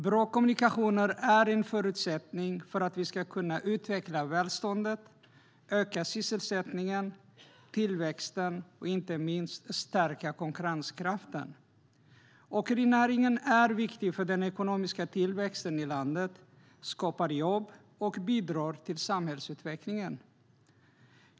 Bra kommunikationer är en förutsättning för att vi ska kunna utveckla välståndet, öka sysselsättningen och tillväxten och inte minst stärka konkurrenskraften. Åkerinäringen är viktig för den ekonomiska tillväxten i landet. Den skapar jobb och bidrar till samhällsutvecklingen.